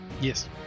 yes